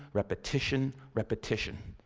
repetition, repetition.